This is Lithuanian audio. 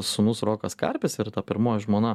sūnus rokas karpis ir ta pirmoji žmona